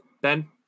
Ben